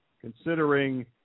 considering